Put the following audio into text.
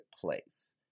place